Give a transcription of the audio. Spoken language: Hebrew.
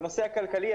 בנושא הכלכלי,